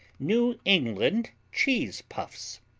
new england cheese puffs